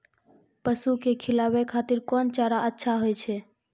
पसु के खिलाबै खातिर कोन चारा अच्छा होय छै?